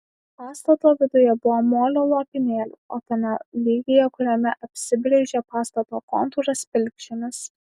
pastato viduje buvo molio lopinėlių o tame lygyje kuriame apsibrėžė pastato kontūras pilkžemis